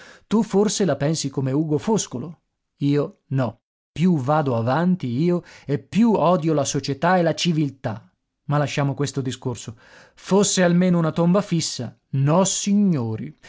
tu forse la pensi come ugo foscolo io no più vado avanti io e più odio la società e la civiltà ma lasciamo questo discorso fosse almeno una tomba fissa nossignori